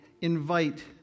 invite